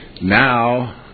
now